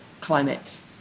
climate